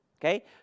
okay